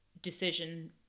decision